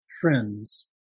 friends